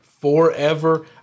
forever